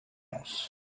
else